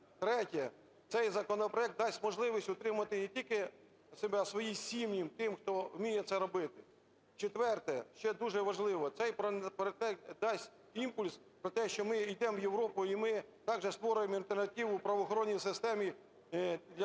Третє – цей законопроект дасть можливість утримувати не тільки себе, а свої сім'ї тим, хто вміє це робити. Четверте, що дуже важливо, цей проект дасть імпульс про те, що ми ідемо в Європу і ми так же створюємо альтернативу правоохоронній системі для